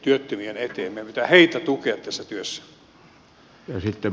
meidän pitää heitä tukea tässä työssä